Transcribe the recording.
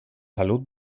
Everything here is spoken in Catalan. salut